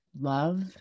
love